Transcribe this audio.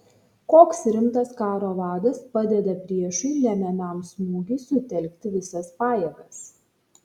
koks rimtas karo vadas padeda priešui lemiamam smūgiui sutelkti visas pajėgas